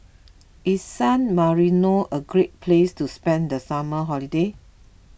is San Marino a great place to spend the summer holiday